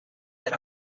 than